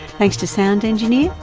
thanks to sound engineer,